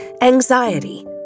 anxiety